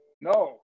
no